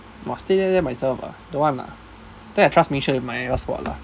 !wah! stay there there myself ah don't want lah think I trust Ming-Xuan with my passport lah